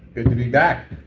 good to be back!